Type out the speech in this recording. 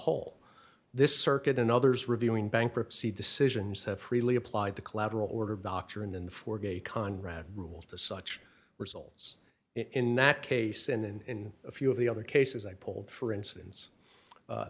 whole this circuit and others reviewing bankruptcy decisions have freely applied the collateral order dr in the for gay conrad rule to such results in that case and in a few of the other cases i polled for instance